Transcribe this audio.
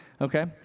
okay